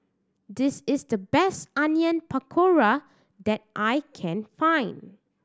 this is the best Onion Pakora that I can find